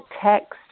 text